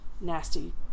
nasty